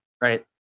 right